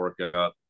workup